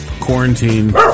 quarantine